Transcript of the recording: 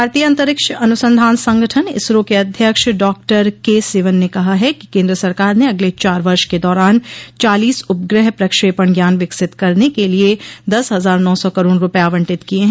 भारतीय अंतरिक्ष अनुसंधान संगठन इसरो के अध्यक्ष डॉक्टर के सिवन ने कहा है कि केंद्र सरकार ने अगले चार वर्ष के दौरान चालीस उपग्रह प्रक्षेपण यान विकसित करने के लिए दस हजार नौ सौ करोड़ रुपये आवंटित किए हैं